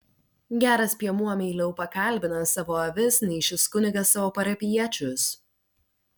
geras piemuo meiliau pakalbina savo avis nei šis kunigas savo parapijiečius